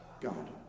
God